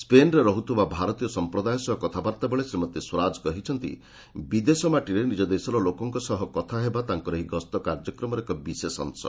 ସ୍କେନ୍ରେ ରହୁଥିବା ଭାରତୀୟ ସଂପ୍ରଦାୟ ସହ କଥାବାର୍ତ୍ତା ବେଳେ ଶ୍ରୀମତୀ ସ୍ୱରାଜ କହିଛନ୍ତି ବିଦେଶ ମାଟିରେ ନିଜ ଦେଶର ଲୋକଙ୍କ ସହ କଥା ହେବା ତାଙ୍କର ଏହି ଗସ୍ତ କାର୍ଯ୍ୟକ୍ରମର ଏକ ବିଶେଷ ଅଂଶ